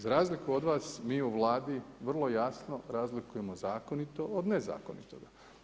Za razliku od vas, mi u vladi, vrlo jasno razlikujemo zakonito od nezakonito.